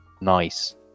nice